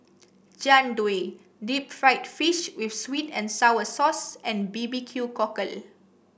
Jian Dui Deep Fried Fish with sweet and sour sauce and B B Q Cockle